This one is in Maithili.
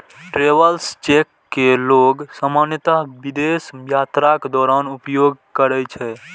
ट्रैवलर्स चेक कें लोग सामान्यतः विदेश यात्राक दौरान उपयोग करै छै